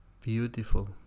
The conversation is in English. beautiful